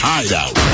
Hideout